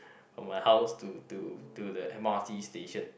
from my house to to to the M_r_t station